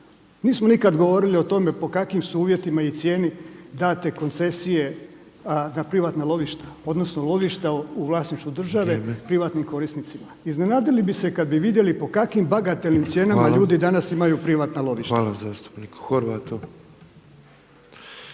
Nismo nikad govorili o tome pod kakvim su uvjetima i cijeni date koncesije na privatna lovišta, odnosno lovišta u vlasništvu države … …/Upadica predsjednik: Vrijeme./… … privatnim korisnicima. Iznenadili bi se kad bi vidjeli po kakvim bagatelnim cijenama ljudi danas imaju privatna lovišta. **Petrov, Božo